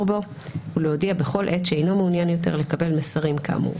בו הוא רשאי ולהודיע בכל עת שאינו מעוניין יותר לקבל מסרים כאמור".